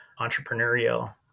entrepreneurial